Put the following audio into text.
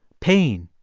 pain,